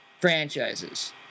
franchises